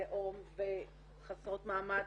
לאום וחסרות מעמד,